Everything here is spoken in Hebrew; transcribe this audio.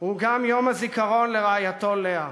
הוא גם יום הזיכרון לרעייתו לאה,